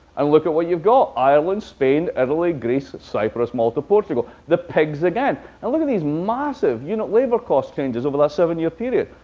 and look at what you've got. ireland, spain, italy, greece, cyprus, malta, portugal. the pigs again. and look at these massive you know labor cost changes over the last seven year period.